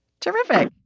Terrific